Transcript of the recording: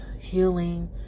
healing